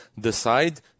decide